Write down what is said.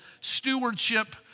stewardship